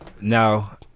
now